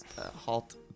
halt